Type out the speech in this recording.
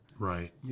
Right